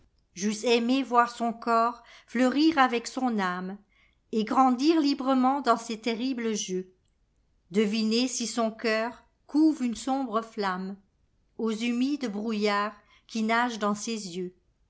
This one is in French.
j'eusse aimé voir son corps fleurir avec son âmeet grandir librement dans ses terribles jeux deviner si son cœur couve une sombre flammeaux humides brouillards qui nagent dans ses yeux